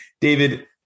David